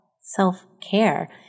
self-care